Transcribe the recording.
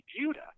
Judah